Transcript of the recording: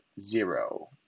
zero